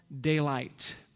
daylight